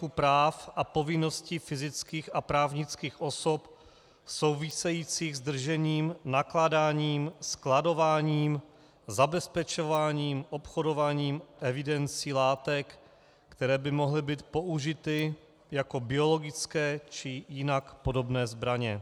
Jde o problematiku práv a povinností fyzických a právnických osob souvisejících s držením, nakládáním, skladováním, zabezpečováním, obchodování, evidencí látek, které by mohly být použity jako biologické či jinak podobné zbraně.